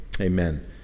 Amen